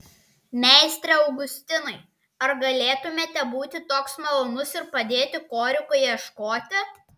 meistre augustinai ar galėtumėte būti toks malonus ir padėti korikui ieškoti